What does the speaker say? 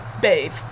bathe